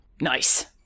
Nice